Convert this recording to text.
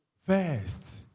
First